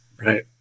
Right